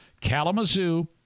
Kalamazoo